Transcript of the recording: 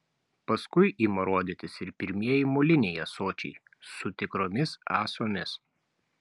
paskui ima rodytis ir pirmieji moliniai ąsočiai su tikromis ąsomis